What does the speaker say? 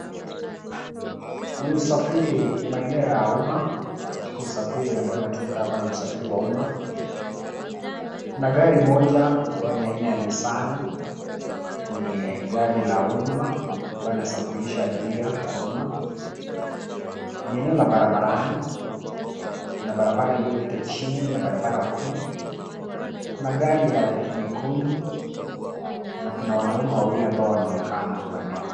Ni usafiri, maeneo ya umma, katika usafiri ambayo inatumika hapa ni usafiri wa umma, kuna gari moja, ambayo ni aina ya nissan , ni gari la umma, ambayo inasafirisha abiria wa umma, ni eneo la barabarani, kuna barabara iliyopita chini ya barabara kuu, kuna gari ya nyekundu, na kuna wanaume wawili ambao wanaonekana maeneo haya.